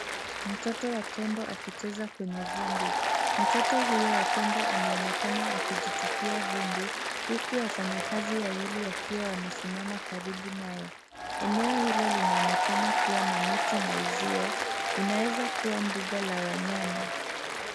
Mtoto wa tembo akicheza kwenye vumbi. Mtoto huyo wa tembo anaonekana akijitupia vumbi, huku wafanyakazi wawili wakiwa wamesimama karibu naye. Eneo hilo linaonekana kuwa na miti na uzio, inaeza kuwa mbuga la wanyama.